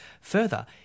Further